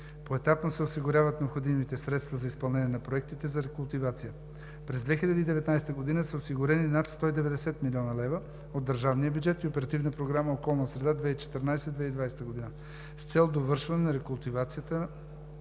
Поетапно се осигуряват необходимите средства за изпълнение на проектите за рекултивация. През 2019 г. са осигурени над 190 млн. лв. от държавния бюджет и Оперативна програма „Околна среда 2014 – 2020 г.“ с цел довършване на рекултивацията